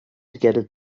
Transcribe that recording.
together